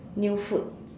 new food